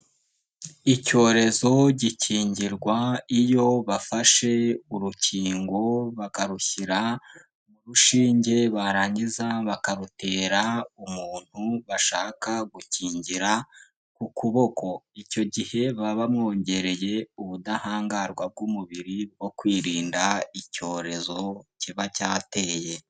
Icyorezo gikingirwa iyo bafashe urukingo, bakarushyira mu rushinge, barangiza bakarutera umuntu bashaka gukingira ku kuboko. Icyo gihe baba bamwongereye ubudahangarwa bw'umubiri bwo kwirinda icyorezo kiba cyateye.